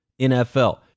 NFL